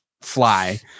fly